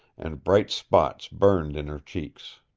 and bright spots burned in her cheeks.